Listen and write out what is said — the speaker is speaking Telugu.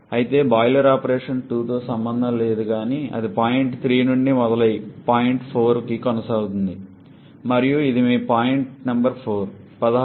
అయితే బాయిలర్ ఆపరేషన్ 2తో సంబంధం లేదు కానీ అది పాయింట్ 3 నుండి మొదలై పాయింట్ 4కి కొనసాగుతుంది మరియు ఇది మీ పాయింట్ నంబర్ 4